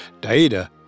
Daida